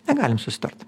negalim susitart